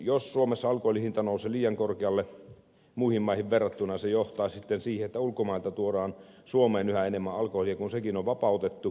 jos suomessa alkoholin hinta nousee liian korkealle muihin maihin verrattuna se johtaa siihen että ulkomailta tuodaan suomeen yhä enemmän alkoholia kun tuontikin on vapautettu